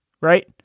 right